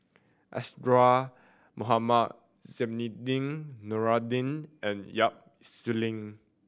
Isadhora Mohamed Zainudin Nordin and Yap Su Yin